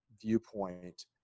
viewpoint